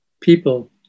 people